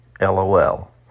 LOL